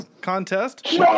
contest